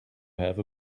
have